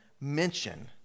mention